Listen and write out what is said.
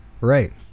Right